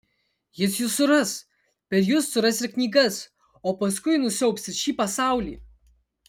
jis jus suras per jus suras ir knygas o paskui nusiaubs šį pasaulį